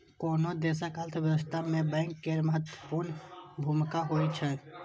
कोनो देशक अर्थव्यवस्था मे बैंक केर बहुत महत्वपूर्ण भूमिका होइ छै